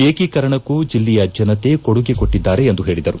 ಏಕೀಕರಣಕ್ಕೂ ಜಿಲ್ಲೆಯ ಜನತೆ ಕೊಡುಗೆ ಕೊಟ್ಟದ್ದಾರೆ ಎಂದು ಹೇಳಿದರು